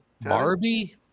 Barbie